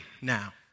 now